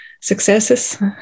successes